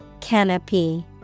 Canopy